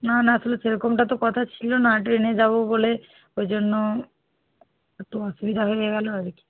না না আসলে সেরকমটা তো কথা ছিল না ট্রেনে যাব বলে ওই জন্য একটু অসুবিধা হয়ে গেলো আর কি